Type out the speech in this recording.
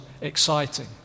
exciting